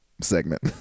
segment